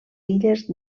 illes